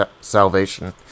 salvation